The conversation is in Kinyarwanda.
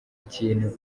ikintu